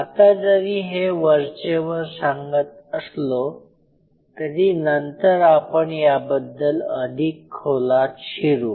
आता जरी हे वरचेवर सांगत असलो तरी नंतर आपण याबद्दल अधिक खोलात शिरू